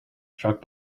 struck